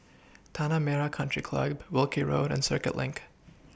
Tanah Merah Country Club Wilkie Road and Circuit LINK